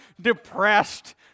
depressed